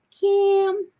Kim